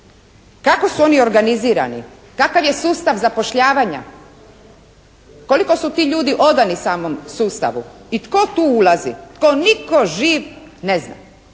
Kako su oni organizirani? Kakav je sustav zapošljavanja? Koliko su ti ljudi odani samom sustavu? I tko tu ulazi? To nitko živ ne zna.